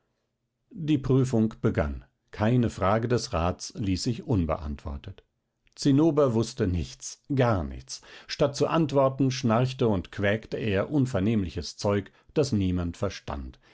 die prüfung begann keine frage des rats ließ ich unbeantwortet zinnober wußte nichts gar nichts statt zu antworten schnarchte und quäkte er unvernehmliches zeug das niemand verstand